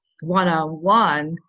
one-on-one